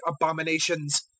abominations